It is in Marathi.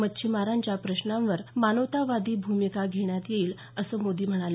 मच्छीमारांच्या प्रश्नांवर मानवतावादी भूमिका घेण्यात येईल असं मोदी म्हणाले